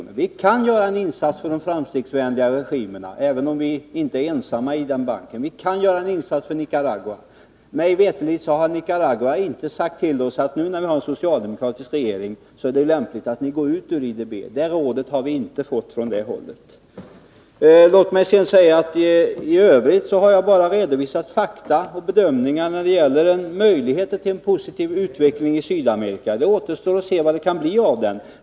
Vi kan göra en insats för de framstegsvänliga regimerna, även om vi inte är ensamma i den banken. Vi kan göra en insats för Nicaragua. Mig veterligt har Nicaragua inte sagt till oss att nu när vi har en socialdemokratisk regering är det lämpligt att vi går ut ur IDB. Det rådet har vi inte fått från det hållet. I övrigt har jag bara redovisat fakta och bedömningar när det gäller möjligheter till en positiv utveckling i Sydamerika. Det återstår att se vad det kan bli av den.